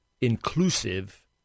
inclusive